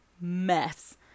mess